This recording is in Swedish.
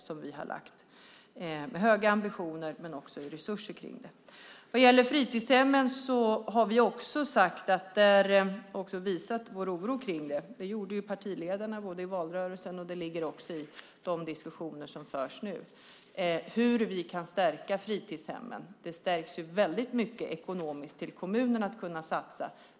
Det handlar om höga ambitioner men också resurser. Vad gäller fritidshemmen har vi också visat vår oro. Partiledarna tog upp det i valrörelsen, och det tas också upp i de diskussioner som nu förs hur vi kan stärka fritidshemmen. Kommunerna får väldigt stora ekonomiska förstärkningar för att kunna satsa.